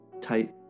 type